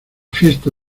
fiesta